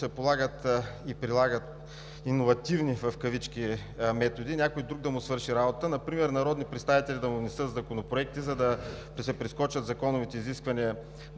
се полагат, и прилага „иновативни“ методи някой друг да му свърши работата – например: народни представители да му внесат законопроектите, за да се прескочат законовите изисквания,